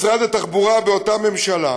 משרד התחבורה באותה ממשלה,